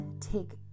take